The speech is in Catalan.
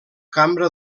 cambra